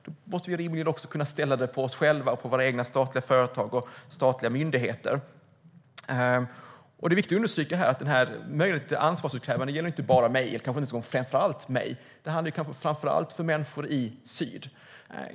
Då måste vi rimligen också kunna ställa kraven på oss själva och på våra statliga företag och myndigheter. Möjligheten till ansvarsutkrävande gäller inte framför allt mig. Det handlar framför allt om människor i syd.